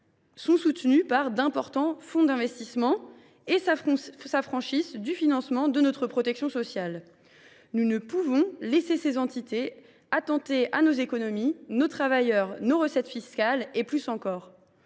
mais soutenues par d’importants fonds d’investissement, s’affranchissent du financement de notre protection sociale ? Nous ne pouvons laisser ces entités malmener nos économies, nos travailleurs, nos recettes fiscales et plus encore.